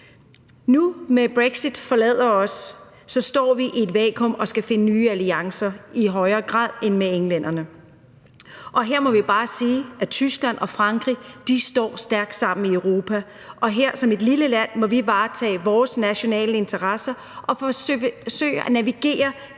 englænderne forlader os, står vi i et vakuum og skal i højere grad finde nye alliancer med andre end englænderne. Og jeg må jo bare sige, at Tyskland og Frankrig står stærkt sammen i Europa, og her må vi som et lille land varetage vores nationale interesser og forsøge at navigere